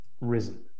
risen